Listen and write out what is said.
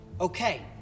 okay